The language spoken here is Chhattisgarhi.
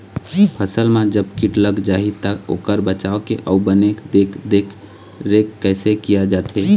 फसल मा जब कीट लग जाही ता ओकर बचाव के अउ बने देख देख रेख कैसे किया जाथे?